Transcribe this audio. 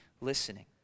listening